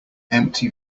empty